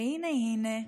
והינה הינה,